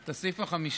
את הסעיף החמישי.